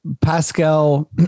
Pascal